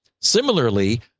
similarly